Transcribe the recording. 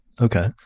Okay